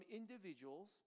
individuals